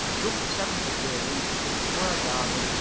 jumped the seven-foot railings into the square garden,